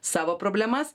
savo problemas